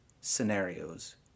scenarios